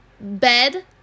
Bed